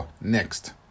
next